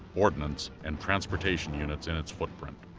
ordnance, and transportation units in its footprint.